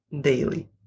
daily